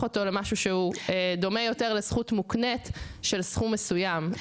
אותו למשהו שדומה יותר לזכות מוקנית של סכום מסוים.